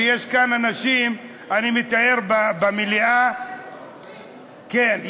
ויש כאן אנשים, אני מתאר, במליאה, כן.